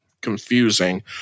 confusing